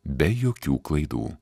be jokių klaidų